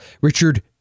Richard